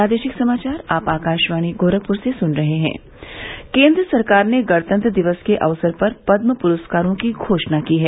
श भ केन्द्र सरकार ने गणतंत्र दिवस के अवसर पर पदम पुरस्कारों की घोषणा की है